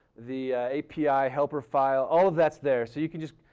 the api, helper file, all of that's there so you can just,